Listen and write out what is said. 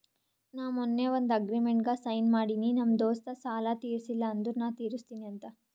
ನಾ ಮೊನ್ನೆ ಒಂದ್ ಅಗ್ರಿಮೆಂಟ್ಗ್ ಸೈನ್ ಮಾಡಿನಿ ನಮ್ ದೋಸ್ತ ಸಾಲಾ ತೀರ್ಸಿಲ್ಲ ಅಂದುರ್ ನಾ ತಿರುಸ್ತಿನಿ ಅಂತ್